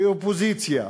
כאופוזיציה,